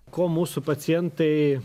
ko mūsų pacientai